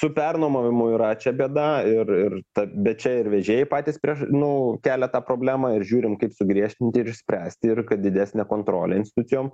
su pernuomavimu yra čia bėda ir ir ta bet čia ir vežėjai patys prieš nu kelia tą problemą ir žiūrim kaip sugriežtinti ir išspręsti ir kad didesnę kontrolę institucijom